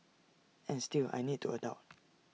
and still I need to adult